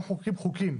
אנחנו מחוקקים חוקים.